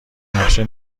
نقشه